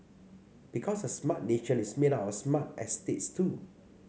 because a Smart Nation is made up of smart estates too